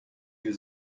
die